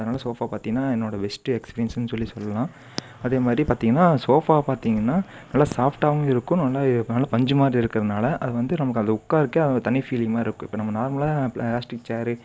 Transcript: அதனால் சோஃபா பார்த்திங்னா என்னோடய பெஸ்ட் எக்ஸ்பீரியன்ஸ்ஸுன்னு சொல்லி சொல்லலாம் அதே மாதிரி பார்த்திங்னா சோஃபா பார்த்திங்கனா நல்லா சாஃப்ட்டாகவும் இருக்கும் நல்லா நல்லா பஞ்சு மாதிரி இருக்கிறனால அது வந்து நமக்கு அது உட்கார்றதுக்கே அது ஒரு தனி ஃபீலிங் மாதிரி இருக்குது இப்போ நம்ம நார்மலாக ப்ளாஸ்டிக் சேர்